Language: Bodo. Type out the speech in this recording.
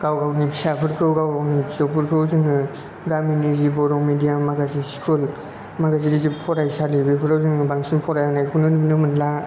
गाव गावनि फिसाफोरखौ गाव गावनि फिसौफोरखौ जोङो गामिनि जि बर' मेदियाम माखासे स्कुल माखासे फरायसालि बेफोराव जोङो बांसिन फराय होनायखौनो नुनो मोनला